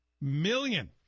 million